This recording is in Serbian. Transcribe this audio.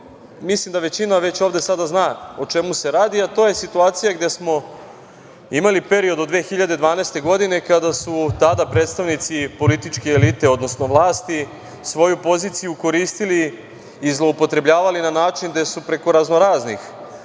mislim da većina već ovde sada zna o čemu se radi, a to je situacija gde smo imali period od 2012. godine, kada su tada predstavnici političke elite, odnosno vlasti svoju poziciju koristili i zloupotrebljavali na način gde su preko raznoraznih